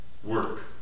Work